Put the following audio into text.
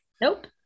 nope